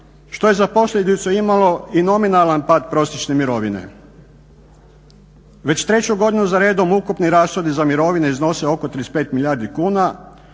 što je za posljedicu imalo i nominalan pad prosječne mirovine. Već 3 godinu za redom ukupni rashodi za mirovine iznose oko 35 milijardi kuna